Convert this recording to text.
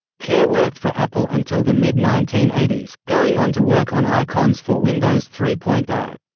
kare worked for apple until the mid nineteen eighty s, going on to work on icons for windows three point ah